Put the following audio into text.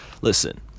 listen